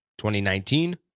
2019